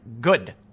good